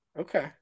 Okay